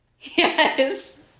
Yes